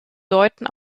deuten